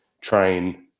train